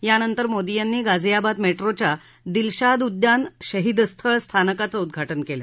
यानंतर मोदी यांनी गाजियाबाद मेट्रोच्या दिलशाद उद्यान शहीद स्थळ स्थानकाचं उद्घाटन केलं